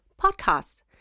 podcasts